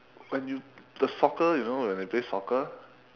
when you the soccer you know when you play soccer